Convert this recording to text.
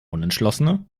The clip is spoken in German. unentschlossene